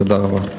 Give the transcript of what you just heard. תודה רבה.